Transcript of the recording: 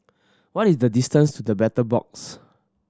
what is the distance to The Battle Box